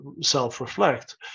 self-reflect